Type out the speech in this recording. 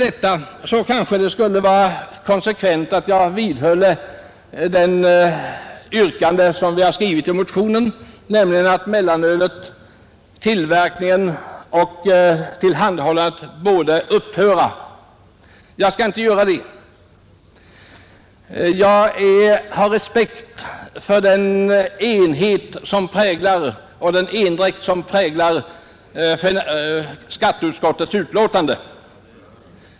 Efter vad jag nu sagt vore det kanske konsekvent att jag vidhöll det yrkande som vi skrivit i motionen, nämligen att tillverkningen och tillhandahållandet av mellanöl borde upphöra. Men jag skall inte göra det. Jag har respekt för den enighet som präglar skatteutskottets utlåtande.